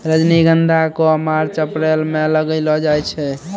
रजनीगंधा क March April म लगैलो जाय छै